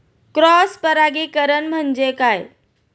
Cross परागीकरण म्हणजे काय?